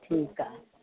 ठीकु आहे